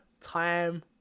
Time